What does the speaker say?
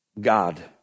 God